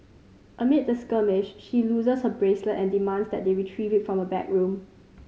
amid the skirmish she loses her bracelet and demands that they retrieve it from a backroom